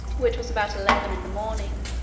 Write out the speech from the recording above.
which was about eleven in the morning,